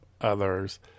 others